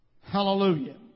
Hallelujah